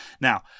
Now